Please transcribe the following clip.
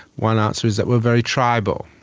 one answer is that we are very tribal,